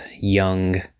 young